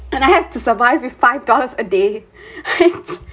and I have to survive with five dollars a day